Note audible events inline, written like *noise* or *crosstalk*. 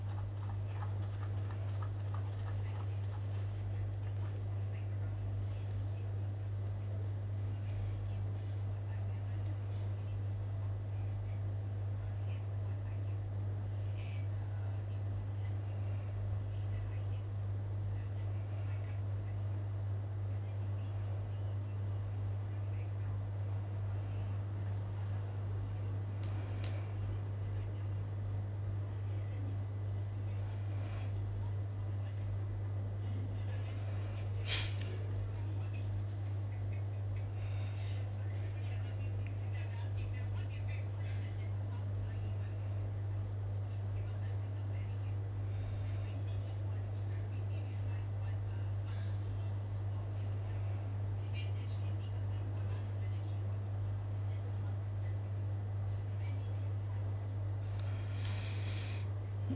*noise*